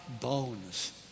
Bones